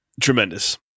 Tremendous